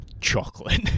chocolate